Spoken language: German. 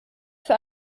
für